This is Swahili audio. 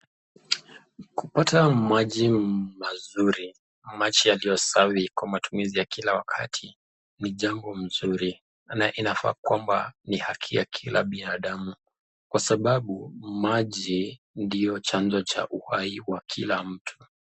Kupata maji mazuri, maji yaliyo safi kwa matumizi ya kila wakati, ni jambo nzuri na inafaa kwamba ni haki ya kila binadamu kwa sababu, maji ndiyo chanzo cha uhai wa kila mtu.